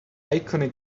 iconic